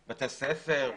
בתי ספר,